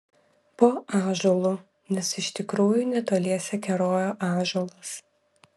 po ąžuolu nes iš tikrųjų netoliese kerojo ąžuolas